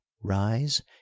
rise